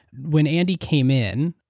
when andy came in,